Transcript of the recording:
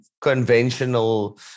conventional